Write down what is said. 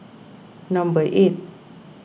number eight